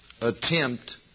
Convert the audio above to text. attempt